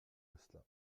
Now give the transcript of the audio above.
gosselin